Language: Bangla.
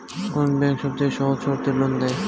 কোন ব্যাংক সবচেয়ে সহজ শর্তে লোন দেয়?